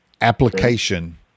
Application